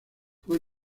fue